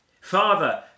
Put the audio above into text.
Father